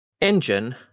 engine